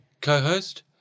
co-host